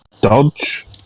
Dodge